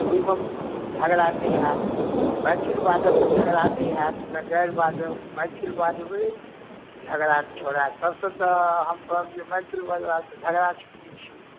ओहिमे झगड़ा नहि होयत मैथिल बाजब तऽ झगड़ा नहि होयत ने गारि बाजब मैथिल बाजबै झगड़ा छोड़ै सभसँ तऽ हम कहब जे मैथिल बजलासँ झगड़ा छुटैत छै